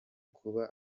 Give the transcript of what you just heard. kuba